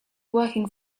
working